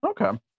Okay